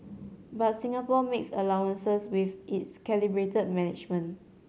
but Singapore makes allowances with its calibrated management